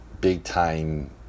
big-time